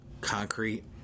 concrete